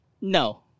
No